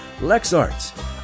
LexArts